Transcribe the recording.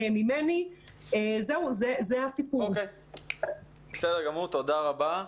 תודה רבה.